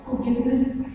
forgiveness